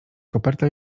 koperta